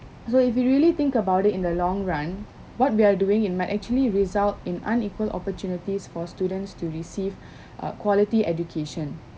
so if you really think about it in the long run what we are doing it might actually result in unequal opportunities for students to receive err quality education